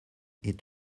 est